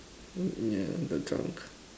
oh yeah the drunk